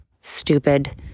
stupid